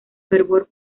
fervor